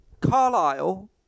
Carlisle